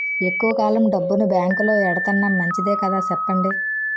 ఎక్కువ కాలం డబ్బును బాంకులో ఎడతన్నాం మంచిదే కదా చెప్పండి